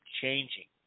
changing